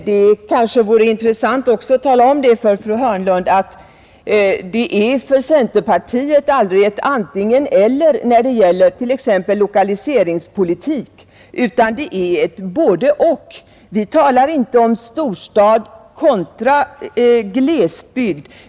Det kanske också vore av intresse att nämna för fru Hörnlund att det för centerpartiet aldrig är fråga om ett antingen—eller inom t.ex. lokaliseringspolitiken utan att det gäller ett både—och. Vi talar inte om storstad kontra glesbygd.